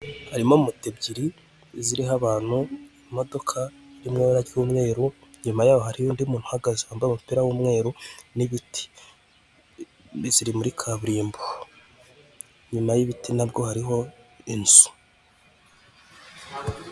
harimo moto ebyiri ziriho abantu, imodoka irimo ibara ry'umweru, inyuma y'aho hariyo undi muntu uhagaze wambaye umupira w'umweru n'ibiti, ziri muri kaburimbo, inyuma y'ibiti nabwo hariho inzu.